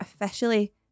officially